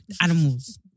Animals